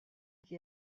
qui